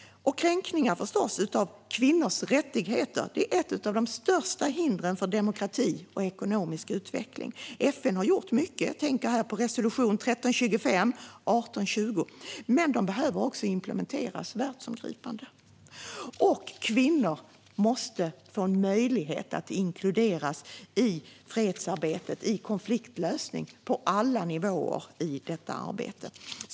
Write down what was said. Kränkningar av kvinnors rättigheter är ett av de största hindren för demokrati och ekonomisk utveckling. FN har gjort mycket. Jag tänker på resolutionerna 1325 och 1820. Men de behöver också implementeras världsomgripande. Och kvinnor måste få möjlighet att inkluderas i fredsarbetet, i konfliktlösning, på alla nivåer i detta arbete.